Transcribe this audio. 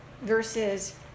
versus